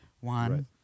One